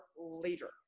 later